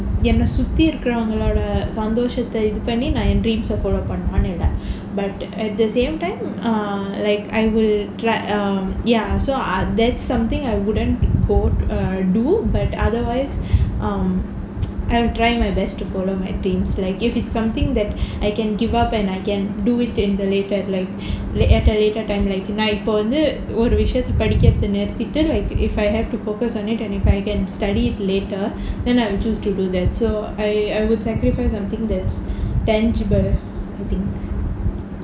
என்ன சுத்தி இருக்கரவங்களோட சந்தோசத்த இது பண்ணி நான் என்:enna suthi irukkravankaloda santoshathae ithu panni naan en dreams eh follow பண்ணுவேனு இல்ல:pannuvaenu illa but at the same time err like I will try err ya so err that's something I wouldn't go err do but um I'm trying my best to follow my dreams like if it's something that I can give up and I can do it in the later like like at a later time like if I have to focus on it and if I can study later then I will choose to do that so I I would sacrifice something that's tangible I think